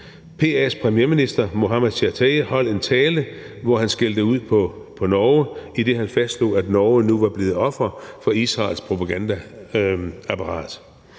PA's premierminister, Mohammad Shtayyeh, holdt en tale, hvor han skældte ud på Norge, idet han fastslog, at Norge nu var blevet offer for Israels propagandaapparat.